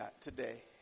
today